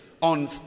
on